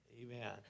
Amen